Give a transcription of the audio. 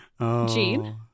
Gene